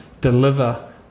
deliver